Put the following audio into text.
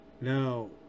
now